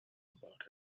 about